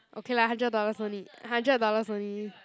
okay lah hundred dollars only hundred dollars only